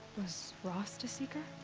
was. rost a seeker?